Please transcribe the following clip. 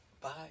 Bye